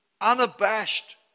unabashed